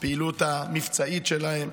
הפעילות המבצעית שלהם: